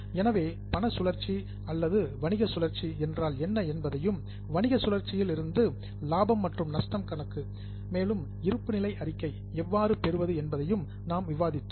எனவே money cycle பண சுழற்சி அல்லது பிசினஸ் சைக்கிள் வணிக சுழற்சி என்றால் என்ன என்பதையும் வணிக சுழற்சியில் இருந்து லாபம் மற்றும் நஷ்டம் கணக்கு மேலும் இருப்புநிலை அறிக்கையை எவ்வாறு பெறுவது என்பதையும் நாம் விவாதித்தோம்